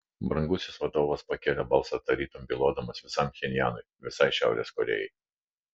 brangusis vadovas pakėlė balsą tarytum bylodamas visam pchenjanui visai šiaurės korėjai